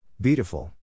Beautiful